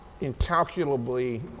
incalculably